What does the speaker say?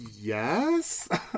Yes